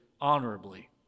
honorably